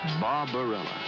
Barbarella